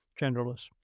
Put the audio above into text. genderless